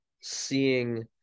seeing